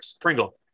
Pringle